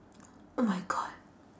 oh my god